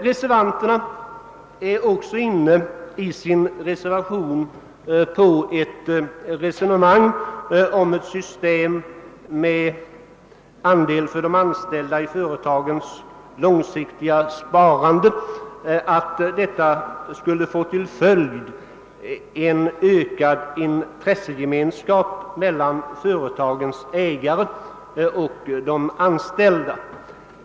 Reservanterna är också i sin reservation inne på ett resonemang om att ett system med andel för de anställda i företagens långsiktiga sparande skulle få till följd en ökad intressegemenskap mellan företagens ägare och de anställda.